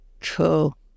Cool